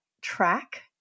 track